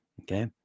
Okay